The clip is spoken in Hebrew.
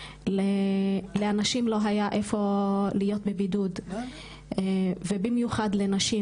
לאנשים לא היה איפה להיות בבידוד, ובמיוחד הנשים.